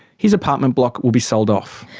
his apartment block will be sold off.